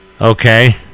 Okay